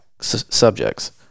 subjects